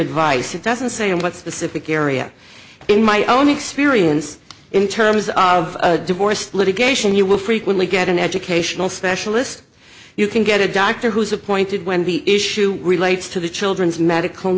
advice it doesn't say and what specific area in my own experience in terms of divorce litigation you will frequently get an educational specialist you can get a doctor who's appointed when the issue relates to the children's medical